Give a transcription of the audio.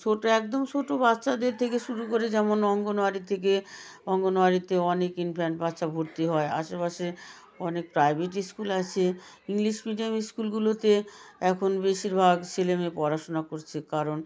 ছোট একদম ছোট বাচ্চাদের থেকে শুরু করে যেমন অঙ্গনওয়াড়ি থেকে অঙ্গনওয়াড়িতে অনেক ইনফ্যান্ট বাচ্চা ভর্তি হয় আশেপাশে অনেক প্রাইভেট ইস্কুল আছে ইংলিশ মিডিয়াম ইস্কুলগুলোতে এখন বেশিরভাগ ছেলেমেয়ে পড়াশোনা করছে কারণ